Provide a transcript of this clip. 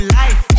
life